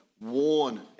warn